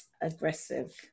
aggressive